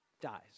dies